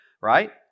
right